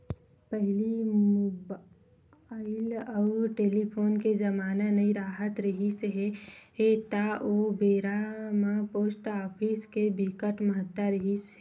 पहिली मुबाइल अउ टेलीफोन के जमाना नइ राहत रिहिस हे ता ओ बेरा म पोस्ट ऑफिस के बिकट महत्ता रिहिस हे